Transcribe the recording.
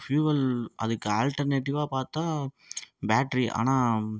fuel அதுக்கு ஆல்டர்நேட்டிவ்வாக பார்த்தா பேட்ரி ஆனால்